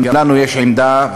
גם לנו יש עמדה,